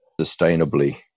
sustainably